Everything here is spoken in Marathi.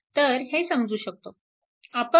तर हे समजू शकतो